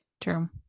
True